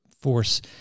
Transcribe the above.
force